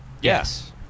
Yes